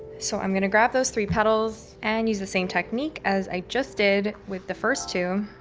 so i'm going to grab those three petals and use the same technique as i just did with the first two